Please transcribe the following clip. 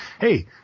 hey